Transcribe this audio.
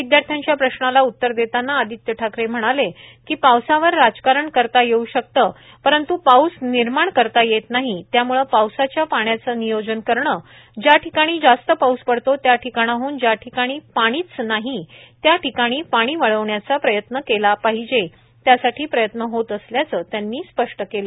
विद्यार्थ्यांच्या प्रश्नाला उत्तर देताना आदित्य ठाकरे म्हणाले की पावसावर राजकारण करता येउ शकते परंत् पाउस निर्माण करता येत नाही त्यामुळे पावसाच्या पाण्याच नियोजन करणे ज्या ठिकाणी जास्त पाउस पडतो त्या ठिकाणाहन ज्या ठिकाणी पाणीच नाही त्या ठिकाणी पाणी वळवण्याचा प्रयत्न केला पाहिजे त्यासाठी प्रयत्न होत असल्याचे त्यांनी स्पष्ट केल